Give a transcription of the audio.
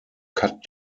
cut